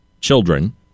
children